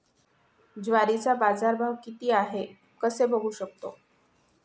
ज्वारीचा बाजारभाव किती आहे कसे बघू शकतो?